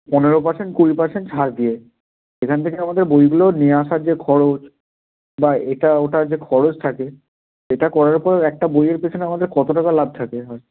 পনেরো পার্সেন্ট কুড়ি পার্সেন্ট ছাড় দিয়ে সেখান থেকে আমাদের বইগুলো নিয়ে আসার যে খরচ বা এটা ওটা যে খরচ থাকে সেটা করার পর একটা বইয়ের পেছনে আমাদের কত টাকা লাভ থাকে